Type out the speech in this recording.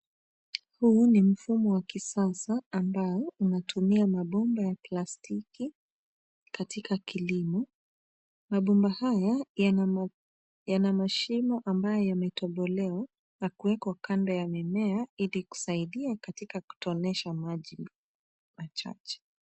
Huu ni mfumo wa kisasa ambao unatumia mabomba ya plastiki katika kilimo mabomba haya yanamashimo ambayo yametobbolewa ya kuwekwa kando ya mimea ilikusaidia katika kutonesha maji machache.